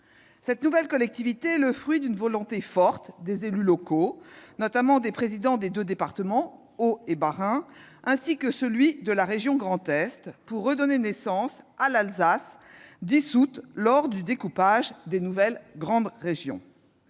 Cette nouvelle collectivité est le fruit d'une volonté forte des élus locaux, au premier rang desquels les présidents des deux départements du Haut-Rhin et du Bas-Rhin, ainsi que celui de la région Grand Est, de redonner naissance à l'Alsace, dissoute lors du découpage des nouvelles grandes régions.